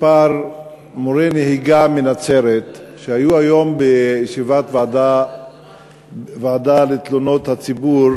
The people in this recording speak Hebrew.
מורי נהיגה מנצרת שהיו היום בישיבת הוועדה לפניות הציבור